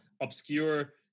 obscure